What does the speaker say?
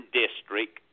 district